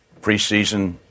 Preseason